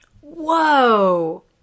Whoa